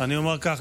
אני אומר כך,